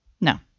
No